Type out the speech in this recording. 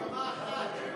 מגמה אחת.